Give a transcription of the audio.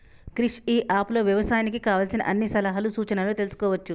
క్రిష్ ఇ app లో వ్యవసాయానికి కావలసిన అన్ని సలహాలు సూచనలు తెల్సుకోవచ్చు